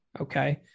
Okay